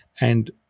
And-